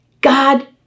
god